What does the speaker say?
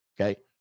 Okay